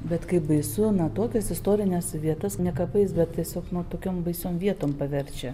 bet kaip baisu na tokias istorines vietas ne kapais bet tiesiog nuo tokiom baisiom vietom paverčia